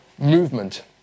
movement